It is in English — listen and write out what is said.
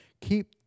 keep